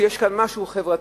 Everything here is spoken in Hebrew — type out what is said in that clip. שיש כאן משהו חברתי,